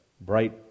bright